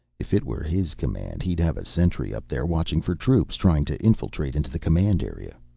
if it were his command he'd have a sentry up there, watching for troops trying to infiltrate into the command area.